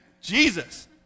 Jesus